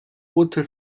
urteil